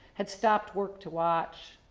had stopped work to watch.